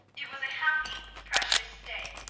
it was a happy, precious day,